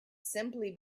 simply